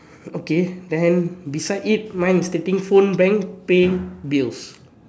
okay then beside it mine mine is stating phone bank paint bills